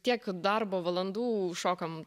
tiek darbo valandų šokam